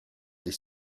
des